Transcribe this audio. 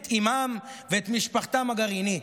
את אימם ואת משפחתם הגרעינית: